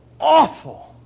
awful